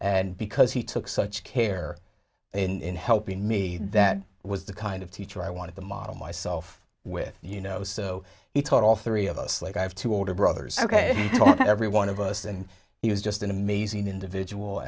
and because he took such care in helping me that was the kind teacher i wanted to model myself with you know so he taught all three of us like i have two older brothers ok from every one of us and he was just an amazing individual